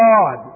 God